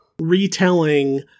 retelling